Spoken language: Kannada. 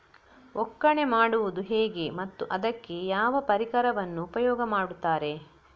ಒಕ್ಕಣೆ ಮಾಡುವುದು ಹೇಗೆ ಮತ್ತು ಅದಕ್ಕೆ ಯಾವ ಪರಿಕರವನ್ನು ಉಪಯೋಗ ಮಾಡುತ್ತಾರೆ?